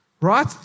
right